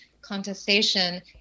contestation